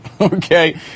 Okay